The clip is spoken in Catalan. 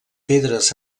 pedres